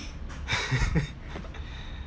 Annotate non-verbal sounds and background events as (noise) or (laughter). (laughs)